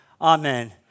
Amen